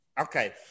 Okay